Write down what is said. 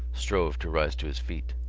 strove to rise to his feet.